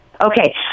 Okay